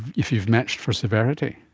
if you've matched for severity?